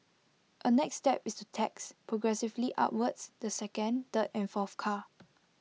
A next step is to tax progressively upwards the second third and fourth car